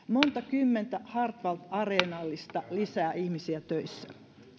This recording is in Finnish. monta kymmentä hartwall areenallista lisää ihmisiä töissä